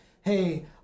hey